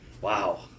Wow